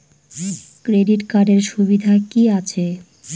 Credit কার্ডের সুবিধা কি আছে?